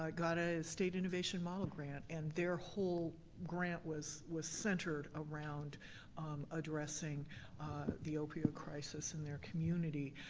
ah got a state innovation model grant, and their whole grant was was centered around addressing the opioid crisis in their community.